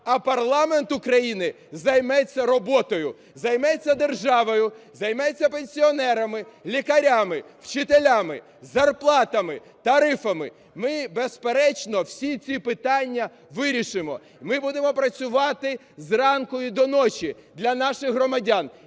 А парламент України займеться роботою, займеться державою, займеться пенсіонерами, лікарями, вчителями, зарплатами, тарифами. Ми, безперечно, всі ці питання вирішимо. Ми будемо працювати з ранку і до ночі для наших громадян.